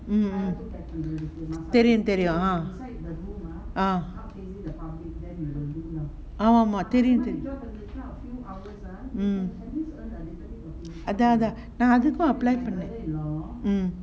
mm mm தெரியும் தெரியும்:theriyum theriyum ah தெரியும் தெரியும்:theriyum theriyum mm அதா அதா:athaa athaa mm